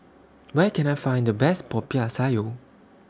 Where Can I Find The Best Popiah Sayur